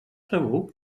segur